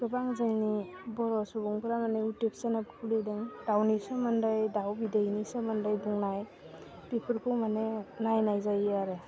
गोबां जोंनि बर' सुबुंफ्रा माने इउटुब चेनेल खुलिदों दाउनि सोमोन्दै दाउ बिदैनि सोमोन्दै बुंनाय बिफोरखौ माने नायनाय जायो आरो